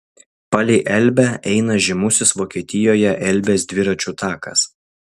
palei elbę eina žymusis vokietijoje elbės dviračių takas